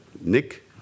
Nick